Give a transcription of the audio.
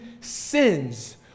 sins